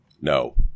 No